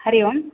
हरिः ओम्